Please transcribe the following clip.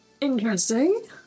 Interesting